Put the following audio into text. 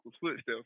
footsteps